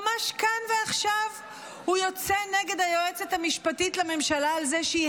ממש כאן ועכשיו הוא יוצא נגד היועצת המשפטית לממשלה על זה שהיא